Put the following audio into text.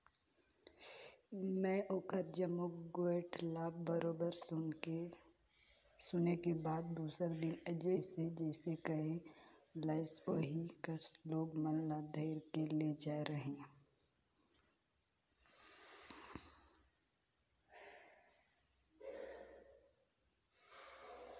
में ओखर जम्मो गोयठ ल बरोबर सुने के बाद दूसर दिन जइसे जइसे कहे लाइस ओही कस लोग मन ल धइर के ले जायें रहें